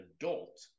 adult